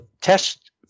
test